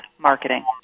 Marketing